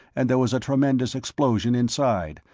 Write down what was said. and there was a tremendous explosion inside,